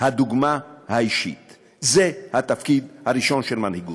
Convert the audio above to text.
הדוגמה האישית; זה התפקיד הראשון של מנהיגות.